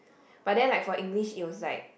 but then like for English it was like